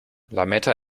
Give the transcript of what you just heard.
lametta